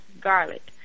garlic